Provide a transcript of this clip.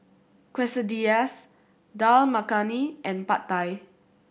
Quesadillas Dal Makhani and Pad Thai